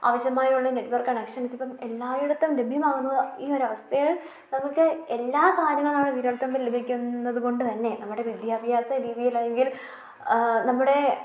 ആവശ്യമായുള്ള network connections ഇപ്പം എല്ലായിടത്തും ലഭ്യമാകുന്ന ഈ ഒരവസ്ഥയിൽ നമുക്ക് എല്ലാ കാര്യങ്ങളും നമ്മുടെ വിരൽത്തുമ്പിൽ ലഭിക്കുന്നതുകൊണ്ട് തന്നെ നമ്മുടെ വിദ്യാഭ്യാസ രീതിയിൽ അല്ലെങ്കിൽ നമ്മുടെ